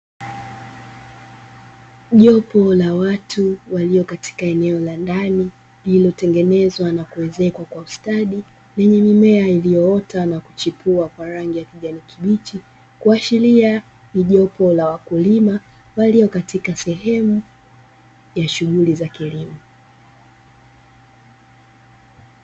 Jopo la watu walio katika eneo la ndani, lililotengenezwa na kuezekwa kwa ustadi, lenye mimea iliyoota na kuchipua kwa rangi ya kijani kibichi. Kuashiria ni jopo la wakulima walio katika sehemu ya shughuli za kilimo.